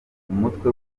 umutwe